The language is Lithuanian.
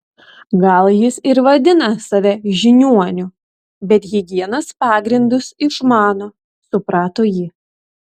gal jis ir vadina save žiniuoniu bet higienos pagrindus išmano suprato ji